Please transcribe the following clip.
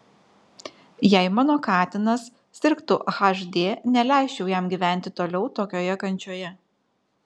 jei mano katinas sirgtų hd neleisčiau jam gyventi toliau tokioje kančioje